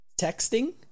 Texting